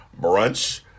Brunch